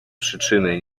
przyczyny